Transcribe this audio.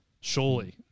Surely